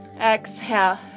Exhale